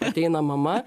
ateina mama